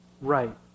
right